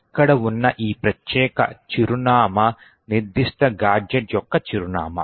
ఇక్కడ ఉన్న ఈ ప్రత్యేక చిరునామా నిర్దిష్ట గాడ్జెట్ యొక్క చిరునామా